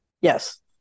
yes